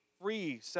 free